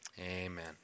Amen